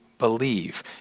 believe